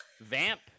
vamp